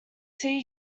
see